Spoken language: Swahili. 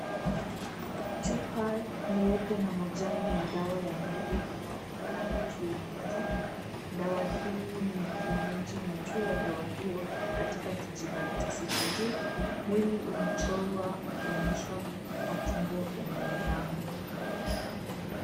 Chupa nyeupe na majani ya dawa ya mwili inaonekana juu ya meza. Dawa hii ni ya kienyeji na juu ya dawa hiyo katika kijikaratasi cha juu, mwili umechorwa ukionyeshwa matumbo ya mwanadamu.